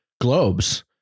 Globes